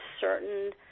certain